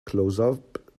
closeup